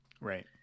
Right